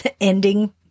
ending